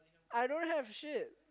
I don't have shit